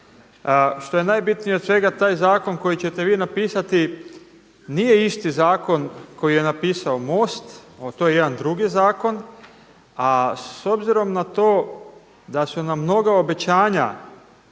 Što je najbitnije od svega taj zakon koji ćete vi napisati nije isti zakon koji je napisao MOST, to je jedan drugi zakon. A s obzirom na to da su nam mnoga obećanja